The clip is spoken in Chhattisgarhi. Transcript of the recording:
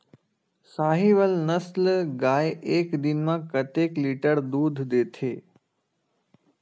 साहीवल नस्ल गाय एक दिन म कतेक लीटर दूध देथे?